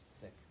thick